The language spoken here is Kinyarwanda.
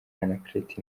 anaclet